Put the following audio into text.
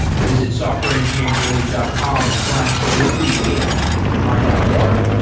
visit softwareengineeringdaily dot com slash herokudata to find out more,